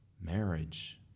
marriage